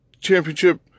Championship